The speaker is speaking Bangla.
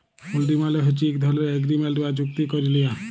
হুল্ডি মালে হছে ইক ধরলের এগ্রিমেল্ট বা চুক্তি ক্যারে লিয়া